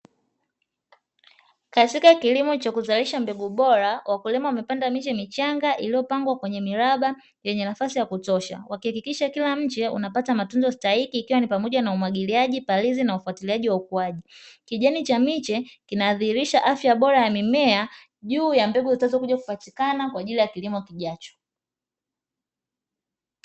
Katika kilimo cha kuzalisha mbegu bora, wakulima wamepanda miche michanga iliyopangwa kwenye miraba yenye nafasi ya kutosha, wakihakikisha kila mche unapata matunzo stahiki ikiwa ni pamoja na umwagiliaji, palizi, na ufuatiliaji wa ukuaji. Kijani cha miche kinadhihirisha afya bora ya mimea juu ya mbegu zitazokuja kupatikana kwa ajili ya kilimo kijacho.